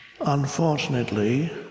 unfortunately